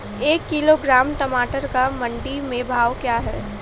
एक किलोग्राम टमाटर का मंडी में भाव क्या है?